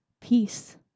Peace